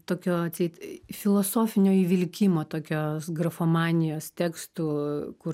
tokio atseit filosofinio įvilkimo tokios grafomanijos tekstų kur